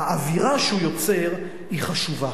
האווירה שהוא יוצר היא חשובה.